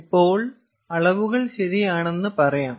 ഇപ്പോൾ അളവുകൾ ശരിയാണെന്ന് പറയാം